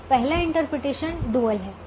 तो पहला interpretation dual है